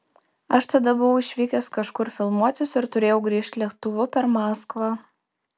aš tada buvau išvykęs kažkur filmuotis ir turėjau grįžt lėktuvu per maskvą